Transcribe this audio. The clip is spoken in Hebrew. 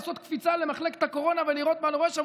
לעשות קפיצה למחלקת הקורונה ולראות מה קורה שם.